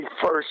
first